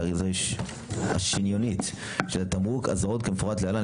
האריזה השניונית של התמרוק אזהרות כמפורט להלן,